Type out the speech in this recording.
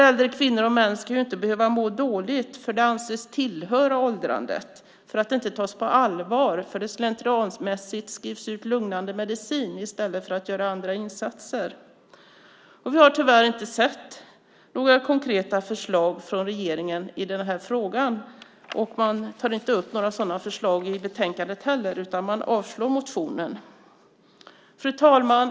Äldre kvinnor och män ska inte behöva må dåligt för att det anses tillhöra åldrandet, för att det inte tas på allvar och för att det slentrianmässigt ges lugnande medicin i stället för att man gör andra insatser. Vi har tyvärr inte sett några konkreta förslag från regeringen i den här frågan. Man tar heller inte upp några sådana förslag i betänkande, utan man avstyrker motionen. Fru talman!